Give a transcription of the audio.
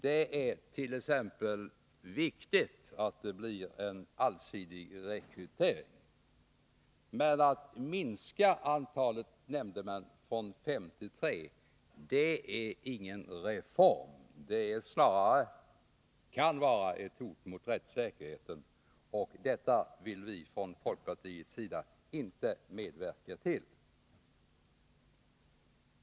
Det är t.ex. viktigt att det blir en allsidig rekrytering. Men att minska antalet nämndemän från fem till tre är ingen reform. Det kan snarare vara ett hot mot rättssäkerheten. Och detta vill vi från folkpartiets sida inte medverka till.